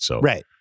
Right